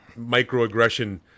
microaggression